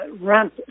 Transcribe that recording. rent